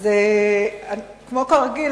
כרגיל,